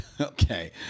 Okay